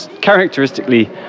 characteristically